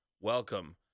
Welcome